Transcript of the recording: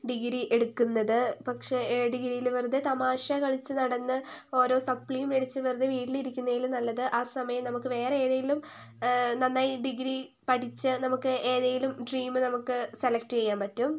degree എടുക്കുന്നത് പക്ഷേ ഡിഗ്രീല് വെറുതെ തമാശ കളിച്ചു നടന്ന് ഓരോ സപ്ലിയും മേടിച്ചു വെറുതെ വീട്ടില് ഇരിക്കുന്നതിലും നല്ലത് ആ സമയം നമുക്ക് വേറെ ഏതെങ്കിലും നന്നായി ഡിഗ്രി പഠിച്ചു നമുക്ക് ഏതെങ്കിലും ഡ്രീം നമുക്ക് സെലക്ട് ചെയ്യാന് പറ്റും